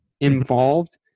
involved